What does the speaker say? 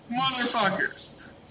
motherfuckers